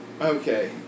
okay